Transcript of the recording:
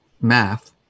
math